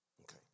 Okay